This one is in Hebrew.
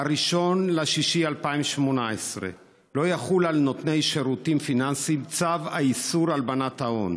ב-1 ביוני 2018 לא יחול על נותני שירותים פיננסיים צו איסור הלבנת הון.